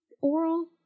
oral